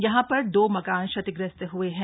यहां पर दो मकान क्षतिग्रस्त हुए हैं